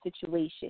situation